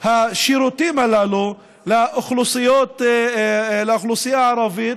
השירותים הללו לאוכלוסייה הערבית,